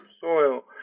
soil